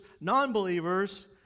non-believers